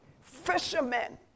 fishermen